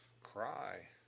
cry